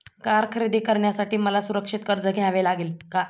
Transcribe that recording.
Car खरेदी करण्यासाठी मला सुरक्षित कर्ज घ्यावे लागेल का?